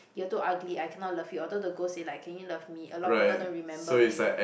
you're too ugly I cannot love you although the ghost say like can you love me a lot of people don't remember me